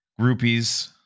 groupies